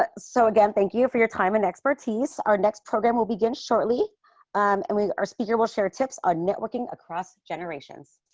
but so again, thank you for your time and expertise. our next program will begin shortly um and our speaker will share tips or networking across generations.